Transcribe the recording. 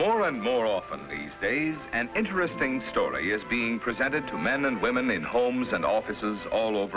more and more often these days and interesting story is being presented to men and women in homes and offices all over